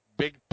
Big